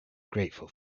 grateful